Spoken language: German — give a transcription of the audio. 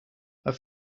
aber